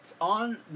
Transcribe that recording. on